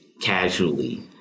casually